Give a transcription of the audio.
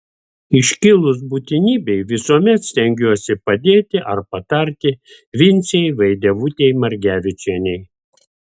iškilus būtinybei visuomet stengsiuosi padėti ar patarti vincei vaidevutei margevičienei